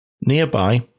Nearby